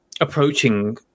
approaching